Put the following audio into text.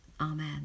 Amen